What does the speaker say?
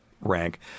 rank